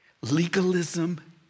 Legalism